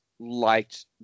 liked